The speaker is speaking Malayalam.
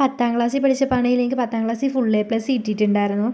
പത്താം ക്ലാസ്സിൽ പഠിപ്പിച്ചപ്പോഴാണെങ്കിൽ എനിക്ക് പത്താം ക്ലാസ്സിൽ എനിക്ക് ഫുള്ള് എ പ്ലസ് കിട്ടീട്ടുണ്ടായിരുന്നു